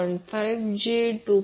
5 j 2